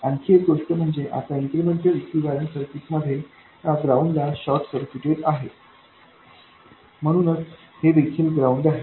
आणखी एक गोष्ट म्हणजे आता इन्क्रिमेंटल इक्विवैलन्ट सर्किट मध्ये हे ग्राउंडला शॉर्ट सर्किटेड आहे म्हणूनच हे देखील ग्राउंड आहे